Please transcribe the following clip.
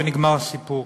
ונגמר הסיפור.